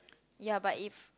ya but if